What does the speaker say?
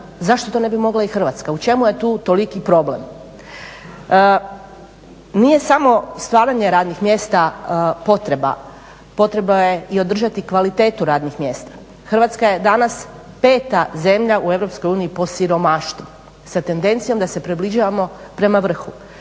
zašto to ne bi mogla i Hrvatska u čemu je tu toliki problem? Nije samo stvaranje radnih mjesta potreba, potreba je i održati kvalitetu radnih mjesta. Hrvatska je danas peta zemlja u Europskoj uniji po siromaštvu sa tendencijom da se približavamo prema vrhu.